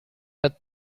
had